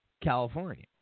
California